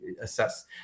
assess